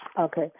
Okay